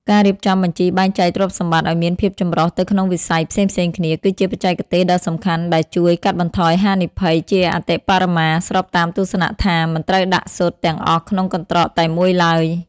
ការរៀបចំបញ្ជីបែងចែកទ្រព្យសម្បត្តិឱ្យមានភាពចម្រុះទៅក្នុងវិស័យផ្សេងៗគ្នា គឺជាបច្ចេកទេសដ៏សំខាន់ដែលជួយកាត់បន្ថយហានិភ័យជាអតិបរមា ស្របតាមទស្សនៈថា"មិនត្រូវដាក់ស៊ុតទាំងអស់ក្នុងកន្ត្រកតែមួយឡើយ"។